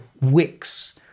wicks